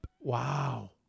Wow